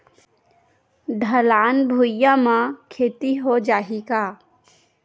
ढलान भुइयां म खेती हो जाही का?